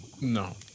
No